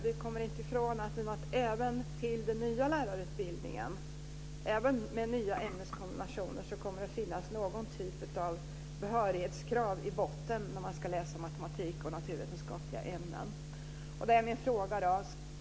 Vi kommer inte ifrån att även med nya ämneskombinationer i lärarutbildningen kommer det att finnas någon typ av behörighetskrav i botten för att läsa matematik och naturvetenskapliga ämnen.